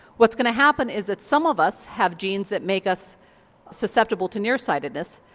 what's going to happen is that some of us have genes that make us susceptible to near-sightedness,